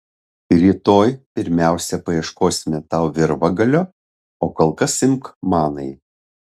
rytoj pirmiausia paieškosime tau virvagalio o kol kas imk manąjį